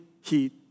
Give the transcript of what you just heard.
heat